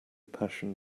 passion